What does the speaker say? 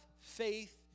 faith